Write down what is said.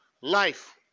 life